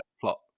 plot